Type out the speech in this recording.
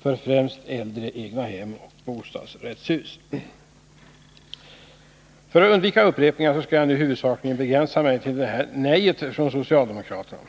för främst äldre egnahem och bostadsrättshus. För att undvika upprepningar skall jag nu huvudsakligen begränsa mig till det här nejet från socialdemokraterna.